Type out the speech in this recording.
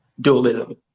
dualism